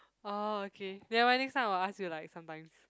oh okay nevermind next time I will ask you like sometimes